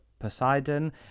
poseidon